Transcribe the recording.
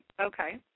okay